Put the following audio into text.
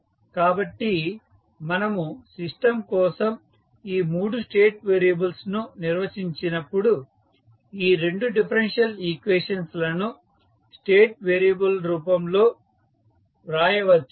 కాబట్టి మనము సిస్టం కోసం ఈ 3 స్టేట్ వేరియబుల్స్ ను నిర్వచించినప్పుడు ఈ 2 డిఫరెన్షియల్ ఈక్వేషన్స్ లను స్టేట్ వేరియబుల్ రూపంలో వ్రాయవచ్చు